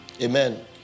Amen